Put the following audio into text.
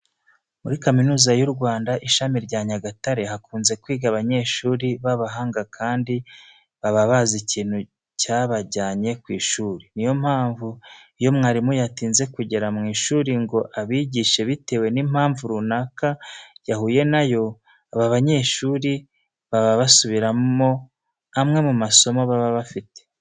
Muri Kaminuza y'u Rwanda ishami rya Nyagatare hakunze kwiga abanyeshuri b'abahanga kandi baba bazi ikintu cyabajyanye ku ishuri. Niyo mpamvu, iyo mwarimu yatinze kugera mu ishuri ngo abigishe bitewe n'impamvu runaka yahuye na yo, aba banyeshuri baba basubiramo amwe mu masomo baba bafite.